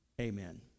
Amen